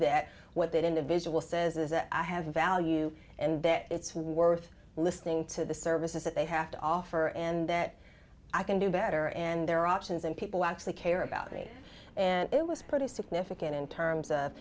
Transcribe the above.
that what that individual says is that i have a value and that it's worth listening to the services that they have to offer and that i can do better and there are options and people actually care about me and it was pretty significant in terms of